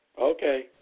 Okay